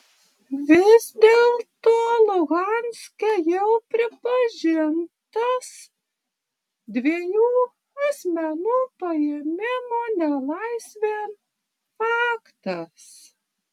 vis dėlto luhanske jau pripažintas dviejų asmenų paėmimo nelaisvėn faktas